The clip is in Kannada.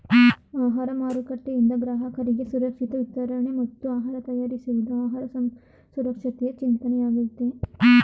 ಆಹಾರ ಮಾರುಕಟ್ಟೆಯಿಂದ ಗ್ರಾಹಕರಿಗೆ ಸುರಕ್ಷಿತ ವಿತರಣೆ ಮತ್ತು ಆಹಾರ ತಯಾರಿಸುವುದು ಆಹಾರ ಸುರಕ್ಷತೆಯ ಚಿಂತನೆಯಾಗಯ್ತೆ